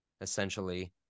essentially